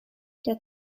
der